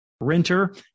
renter